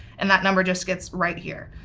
and that number just gets right here.